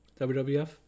WWF